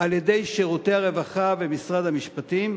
על-ידי שירותי הרווחה ומשרד המשפטים,